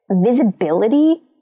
visibility